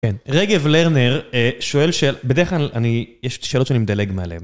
כן. רגב לרנר שואל שאלה, בדרך כלל אני, יש שאלות שאני מדלג מעליהם.